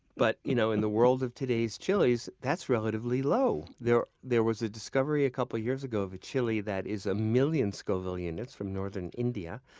but you know in the world of today's chiles, that's relatively low. there there was a discovery a couple of years ago of a chile that is one ah million scoville units from northern india.